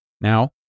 Now